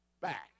back